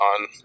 on